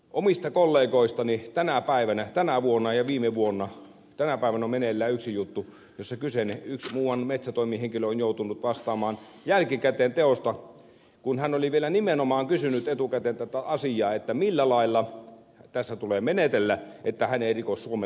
omista kollegoistani tänä päivänä tänä vuonna ja viime vuonna tänä päivänä on meneillään yksi juttu jossa muuan metsätoimihenkilö on joutunut vastaamaan jälkikäteen teosta kun hän oli vielä nimenomaan kysynyt etukäteen tätä asiaa millä lailla tässä tulee menetellä että hän ei riko suomen lakia